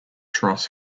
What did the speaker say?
truss